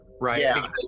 right